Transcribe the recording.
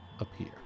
appear